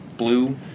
Blue